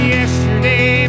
yesterday